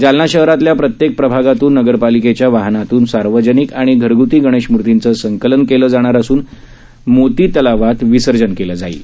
जालना शहरातल्या प्रत्येक प्रभागातून नगरपालिकेच्या वाहनातून सार्वजनिक आणि घरग्ती गणेशमूर्तींचं संकलन केलं जाणार असून मोती तलावात विसर्जन केलं जाणार आहे